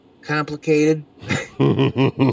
complicated